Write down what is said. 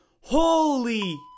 Holy